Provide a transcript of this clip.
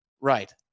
right